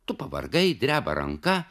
tu pavargai dreba ranka